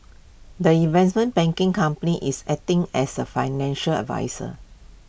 the investment banking company is acting as A financial adviser